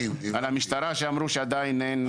ובמשטרה אמרו שעדיין אין.